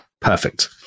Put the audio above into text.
Perfect